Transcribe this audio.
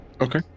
okay